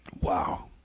Wow